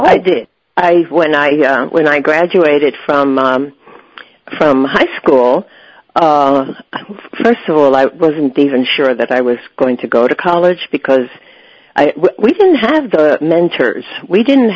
i did i when i when i graduated from from high school first of all i wasn't even sure that i was going to go to college because we didn't have the mentors we didn't